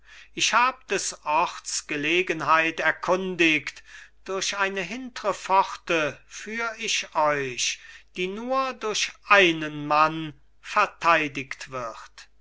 ich hab des orts gelegenheit erkundigt durch eine hintre pforte führ ich euch die nur durch einen mann verteidigt wird